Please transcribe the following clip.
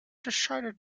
decided